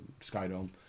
Skydome